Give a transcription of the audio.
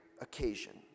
occasion